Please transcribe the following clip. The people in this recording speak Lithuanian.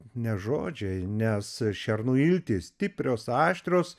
ne žodžiai nes šernų iltys stiprios aštrios